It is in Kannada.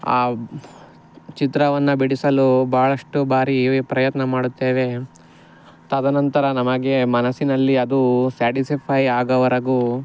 ಆ ಚಿತ್ರವನ್ನ ಬಿಡಿಸಲು ಭಾಳಷ್ಟು ಬಾರಿ ಪ್ರಯತ್ನ ಮಾಡುತ್ತೇವೆ ತದನಂತರ ನಮಗೆ ಮನಸ್ಸಿನಲ್ಲಿ ಅದೂ ಸ್ಯಾಟಿಸೆಫೈ ಆಗವರೆಗೂ